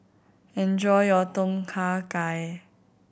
enjoy your Tom Kha Gai